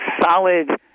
solid